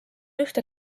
ühte